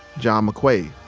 john mcquaid,